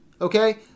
okay